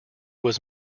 was